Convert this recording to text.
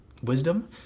wisdom